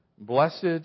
Blessed